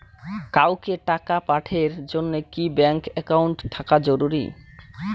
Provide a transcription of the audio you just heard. কাউকে টাকা পাঠের জন্যে কি ব্যাংক একাউন্ট থাকা জরুরি?